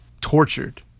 tortured